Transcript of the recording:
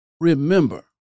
remember